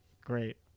Great